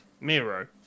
Miro